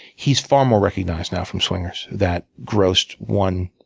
he's far more recognized now from swingers that grossed one,